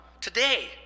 today